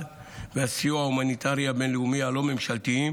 והסיוע ההומניטריים הבין-לאומיים הלא-ממשלתיים